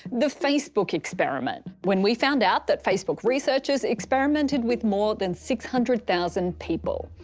the facebook experiment. when we found out that facebook researchers experimented with more than six hundred thousand people.